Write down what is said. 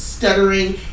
Stuttering